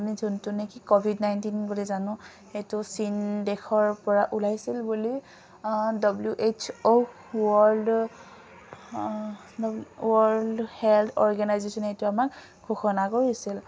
আমি যোনটো নেকি ক'ভিড নাইণ্টিন বুলি জানো সেইটো চীন দেশৰ পৰা ওলাইছিল বুলি W H O world world health অৰ্গেনাইজেশ্যনে এইটো আমাক ঘোষণা কৰিছিল